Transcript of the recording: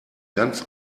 ganz